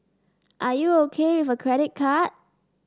are you O K with a credit card